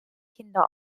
kinder